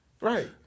Right